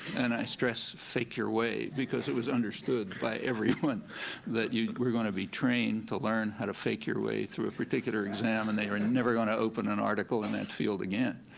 and i stress, fake your way, because it was understood by everyone that you were going to be trained to learn how to fake your way through a particular exam and they were and never going to open an article in that field again.